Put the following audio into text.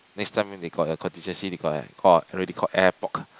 next time when they got a contingency they got call already called airport